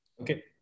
Okay